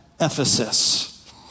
Ephesus